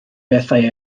bethau